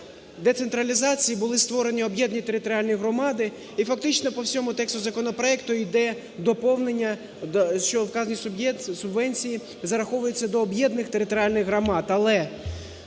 децентралізації були створені об'єднані територіальні громади, і фактично по всьому тексту законопроекту іде доповнення, що вказані субвенції зараховуються до об'єднаних територіальних громад.